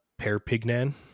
Perpignan